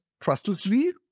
trustlessly